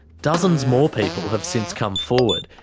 dozens more people have since come forward,